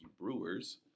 Brewers